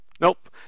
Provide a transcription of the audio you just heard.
Nope